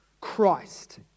Christ